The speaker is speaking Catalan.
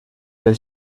del